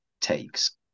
takes